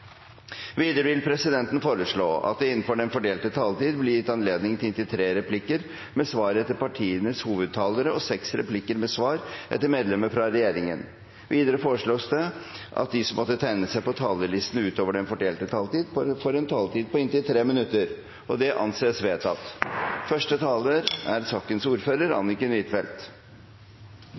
Videre vil presidenten foreslå at det – innenfor den fordelte taletid – blir gitt anledning til inntil tre replikker med svar etter partienes hovedtalere og seks replikker med svar etter medlemmer av regjeringen. Videre foreslås det at de som måtte tegne seg på talerlisten utover den fordelte taletid, får en taletid på inntil 3 minutter. – Det anses vedtatt.